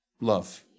love